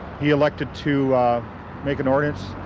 he elected to make an ordinance.